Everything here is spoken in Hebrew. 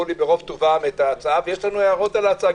לי ברוב טובם את ההצעה ויש לנו הצעות על ההצעה,